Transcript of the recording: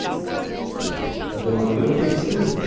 yes but there were good things too!